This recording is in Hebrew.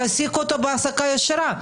תעסיקו אותו בהעסקה ישירה.